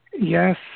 Yes